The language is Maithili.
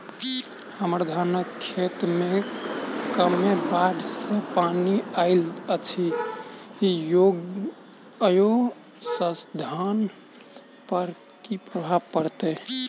हम्मर धानक खेत मे कमे बाढ़ केँ पानि आइल अछि, ओय सँ धान पर की प्रभाव पड़तै?